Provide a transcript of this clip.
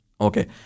Okay